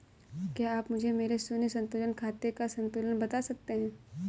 क्या आप मुझे मेरे शून्य संतुलन खाते का संतुलन बता सकते हैं?